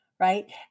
right